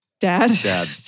dad